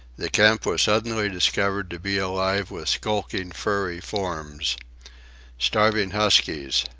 the camp was suddenly discovered to be alive with skulking furry forms starving huskies,